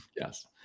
Yes